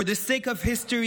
For the sake of history,